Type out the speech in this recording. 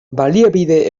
baliabide